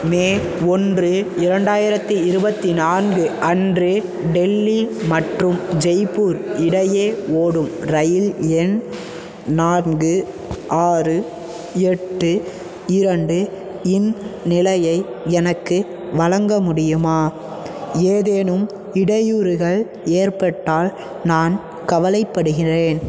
மே ஒன்று இரண்டாயிரத்தி இருபத்தி நான்கு அன்று டெல்லி மற்றும் ஜெய்ப்பூர் இடையே ஓடும் இரயில் எண் நான்கு ஆறு எட்டு இரண்டு இன் நிலையை எனக்கு வழங்க முடியுமா ஏதேனும் இடையூறுகள் ஏற்பட்டால் நான் கவலைப்படுகிறேன்